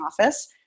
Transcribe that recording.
office